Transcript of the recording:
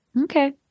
Okay